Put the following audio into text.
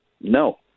No